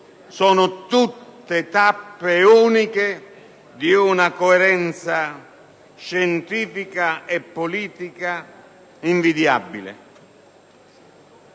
sono tutte tappe uniche di una coerenza scientifica e politica invidiabile.